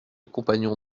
compagnon